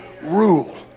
rule